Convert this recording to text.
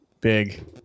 big